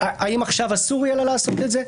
האם עכשיו אסור יהיה לה לעשות את זה?